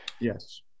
Yes